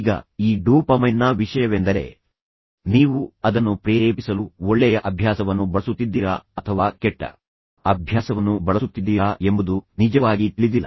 ಈಗ ಈ ಡೋಪಮೈನ್ನ ವಿಷಯವೆಂದರೆ ನೀವು ಅದನ್ನು ಪ್ರೇರೇಪಿಸಲು ಒಳ್ಳೆಯ ಅಭ್ಯಾಸವನ್ನು ಬಳಸುತ್ತಿದ್ದೀರಾ ಅಥವಾ ಕೆಟ್ಟ ಅಭ್ಯಾಸವನ್ನು ಬಳಸುತ್ತಿದ್ದೀರಾ ಎಂಬುದು ನಿಜವಾಗಿ ತಿಳಿದಿಲ್ಲ